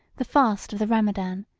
the fast of the ramadan,